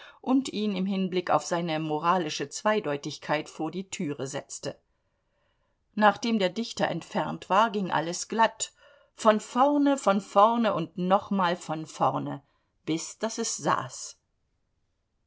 und ihn im hinblick auf seine moralische zweideutigkeit vor die türe setzte nachdem der dichter entfernt war ging alles glatt von vorne von vorne und nochmal von vorne bis daß es saß